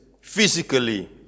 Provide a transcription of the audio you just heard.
physically